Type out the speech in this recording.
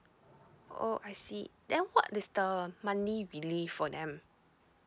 oh I see then what is the monthly relief for them